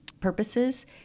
purposes